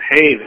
Hey